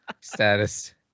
status